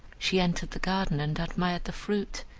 she entered the garden and admired the fruit.